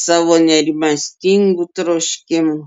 savo nerimastingų troškimų